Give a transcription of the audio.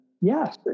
Yes